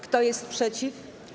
Kto jest przeciw?